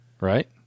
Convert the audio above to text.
Right